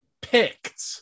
picked